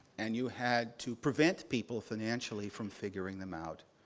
and you had to prevent people, financially, from figuring them out.